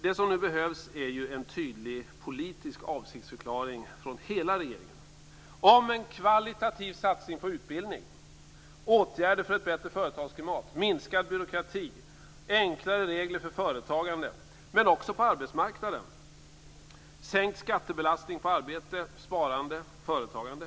Det som nu behövs är en tydlig politisk avsiktsförklaring från hela regeringen om en kvalitativ satsning på utbildning, åtgärder för ett bättre företagsklimat, minskad byråkrati, enklare regler för företagande men också på arbetsmarknaden, sänkt skattebelastning på arbete, sparande och företagande.